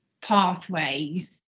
pathways